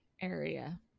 area